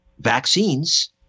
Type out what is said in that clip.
vaccines